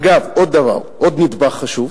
אגב, עוד דבר, עוד נדבך חשוב: